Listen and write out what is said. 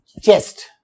chest